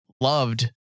loved